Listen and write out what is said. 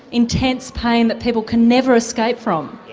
intense pain that people can never escape from?